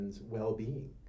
well-being